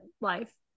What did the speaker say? life